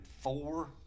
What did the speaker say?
four